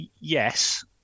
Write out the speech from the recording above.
Yes